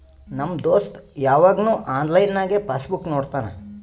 ನಮ್ ದೋಸ್ತ ಯವಾಗ್ನು ಆನ್ಲೈನ್ನಾಗೆ ಪಾಸ್ ಬುಕ್ ನೋಡ್ತಾನ